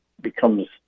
becomes